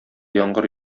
яңгыр